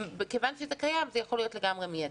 כיוון שזה קיים, זה יכול להיות לגמרי מיידי.